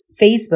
Facebook